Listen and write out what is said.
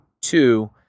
Two